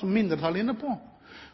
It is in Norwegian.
som mindretallet er inne på.